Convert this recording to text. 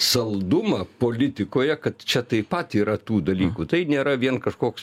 saldumą politikoje kad čia taip pat yra tų dalykų tai nėra vien kažkoks